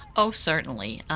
oh certainly.